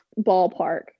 ballpark